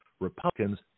Republicans